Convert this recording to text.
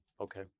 okay